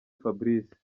fabrice